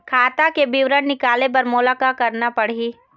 खाता के विवरण निकाले बर मोला का करना पड़ही?